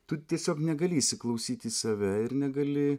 tu tiesiog negali įsiklausyti į save ir negali